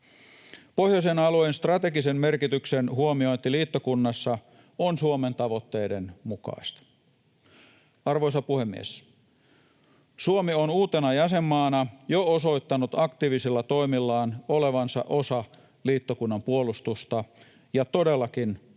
Pohjoisen alueen strategisen merkityksen huomiointi liittokunnassa on Suomen tavoitteiden mukaista. Arvoisa puhemies! Suomi on uutena jäsenmaana jo osoittanut aktiivisilla toimillaan olevansa osa liittokunnan puolustusta ja todellakin